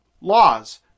laws